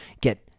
Get